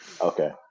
Okay